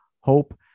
hope